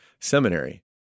seminary